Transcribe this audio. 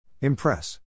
Impress